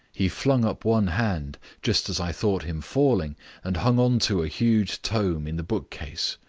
he flung up one hand just as i thought him falling and hung on to a huge tome in the bookcase,